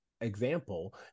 example